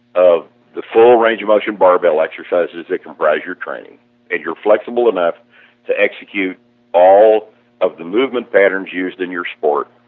of the full range of motion barbell exercises that comprise your training and you're flexible enough to execute all of the movement patterns used in your sports,